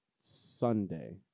Sunday